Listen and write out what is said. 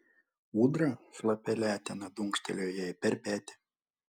ūdra šlapia letena dunkstelėjo jai per petį